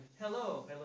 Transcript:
hello